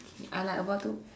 K I like about to